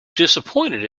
disappointed